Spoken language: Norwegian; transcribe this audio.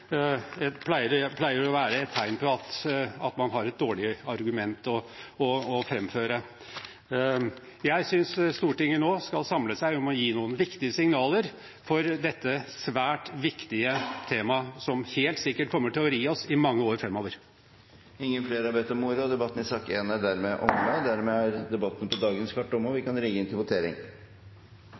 jeg kommer fra, pleier det å være et tegn på at man har et dårlig argument å framføre. Jeg synes Stortinget nå skal samle seg om å gi noen viktige signaler om dette svært viktige temaet som helt sikkert kommer til å ri oss i mange år framover. Flere har ikke bedt om ordet til sak nr. 1. Stortinget er da klar til å gå til votering.